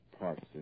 parts